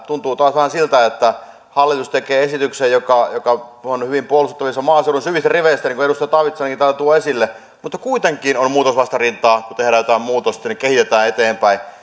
tuntuu taas vähän siltä että hallitus tekee esityksen joka joka on hyvin puolustettavissa maaseudun syvissä riveissä niin kuin edustaja taavitsainenkin täällä tuo esille mutta kuitenkin on muutosvastarintaa kun tehdään jotain muutosta ja kehitetään eteenpäin